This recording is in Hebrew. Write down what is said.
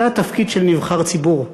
זה התפקיד של נבחר ציבור.